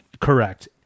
Correct